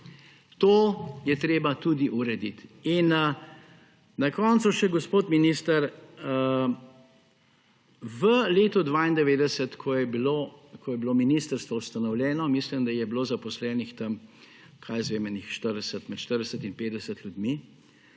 To je treba tudi urediti. Na koncu še, gospod minister, v letu 1992, ko je bilo ministrstvo ustanovljeno, mislim, da je bilo zaposlenih tam, kaj jaz vem, med 40 in 50 ljudi.